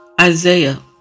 Isaiah